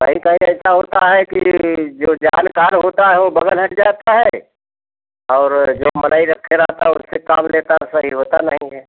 कहीं कहीं ऐसा होता है कि जो जानकर होता है वह बगल हट जाता है और जो मनई रक्खे रहता है उससे काम लेता है सही होता नहीं है